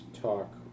talk